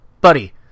Buddy